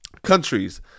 Countries